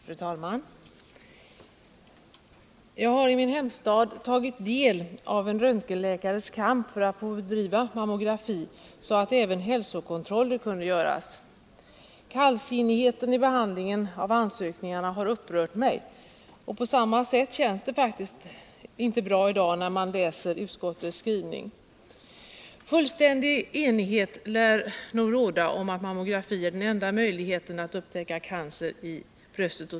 Fru talman! Jag har i min hemstad tagit del av en röntgenläkares kamp för att få bedriva mammografi, så att även hälsokontroller kunde göras. Kallsinnigheten i behandlingen av ansökningarna har upprört mig. På samma sätt känns det faktiskt inte bra i dag när jag läser utskottets skrivning. Fullständig enighet lär råda om att mammografi är enda möjligheten att upptäcka tidig bröstcancer hos kvinnor.